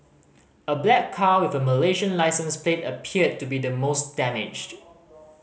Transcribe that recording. a black car with a Malaysian licence plate appeared to be the most damaged